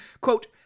quote